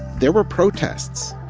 there were protests